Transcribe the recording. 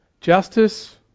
Justice